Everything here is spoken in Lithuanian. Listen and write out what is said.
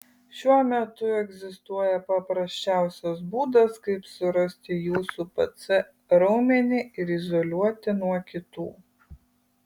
šiuo metu egzistuoja paprasčiausias būdas kaip surasti jūsų pc raumenį ir izoliuoti nuo kitų